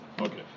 Okay